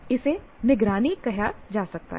इसे निगरानी कहा जाता है